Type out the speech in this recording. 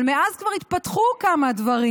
אבל מאז כבר התפתחו כמה דברים,